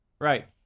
Right